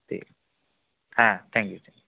ঠিক আছে হ্যাঁ থ্যাংকইউ থ্যাংকইউ